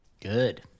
Good